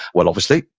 well, obviously,